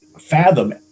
fathom